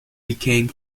became